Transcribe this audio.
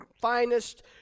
finest